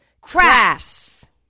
Crafts